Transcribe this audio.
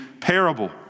parable